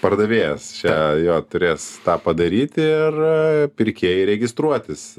pardavėjas čia jo turės tą padaryti ir ee pirkėjai registruotis